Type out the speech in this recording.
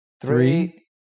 Three